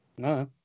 No